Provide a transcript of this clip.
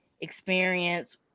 experience